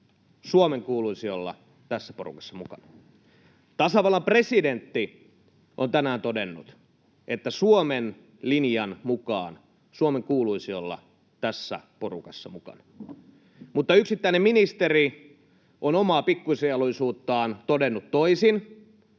Suomen kuuluisi olla tässä porukassa mukana. Tasavallan presidentti on tänään todennut, että Suomen linjan mukaan Suomen kuuluisi olla tässä porukassa mukana. Mutta kun yksittäinen ministeri on omaa pikkusieluisuuttaan todennut toisin,